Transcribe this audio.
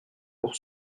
pour